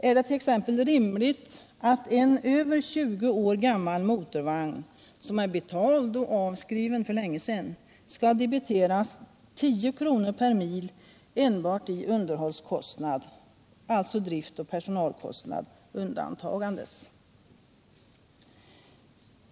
Är det exempelvis rimligt att en över 20 år gammal motorvagn, som är betald och avskriven för länge sedan, skall debiteras med 10 kr./mil enbart i underhållskostnad, alltså driftoch personalkostnader undantagna?